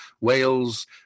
Wales